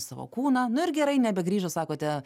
savo kūną nu ir gerai nebegrįžo sakote